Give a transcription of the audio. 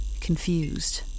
Confused